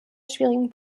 schwierigen